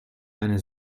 eine